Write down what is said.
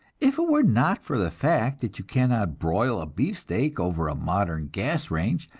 if it were not for the fact that you cannot broil a beefsteak over a modern gas range,